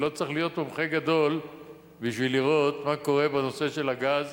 לא צריך להיות מומחה גדול בשביל לראות מה קורה בנושא של הגז,